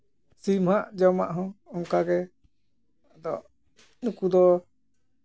ᱥᱤᱢᱟᱜ ᱡᱚᱢᱟᱜ ᱦᱚᱸ ᱚᱱᱠᱟᱜᱮ ᱟᱫᱚ ᱱᱩᱠᱩ ᱫᱚ